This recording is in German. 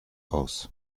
aus